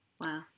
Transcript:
wow